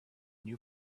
new